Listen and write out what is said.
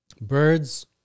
Birds